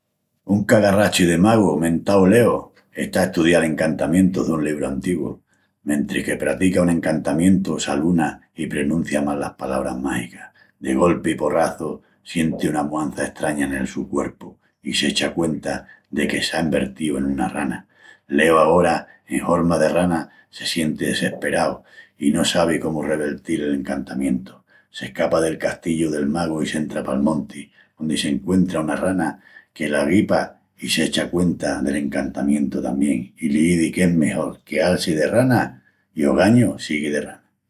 Un cagarrachi de magu mentau Leo está a estudial encantamientus dun libru antígu. Mentris que pratica un encantamientu, s'aluna i prenuncia mal las palabras mágicas. De golpi i porrazu, sienti una muança estraña nel su cuerpu i s'echa cuenta de que s'á envertíu en una rana. Leo, agora en horma de rana, se sienti desesperau i no sabi cómu revertil el encantamientu. S'escapa del castillu del magu i s'entra pal monti, ondi s'encuentra una rana que la guipa i s'echa cuenta del encantamientu tamién, i l'izi que es mejol queal-si de rana. I ogañu sigui de rana.